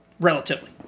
relatively